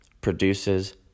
produces